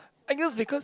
I guess because